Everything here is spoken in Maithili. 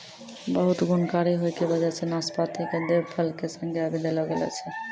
बहुत गुणकारी होय के वजह सॅ नाशपाती कॅ देव फल के संज्ञा भी देलो गेलो छै